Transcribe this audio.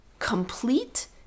complete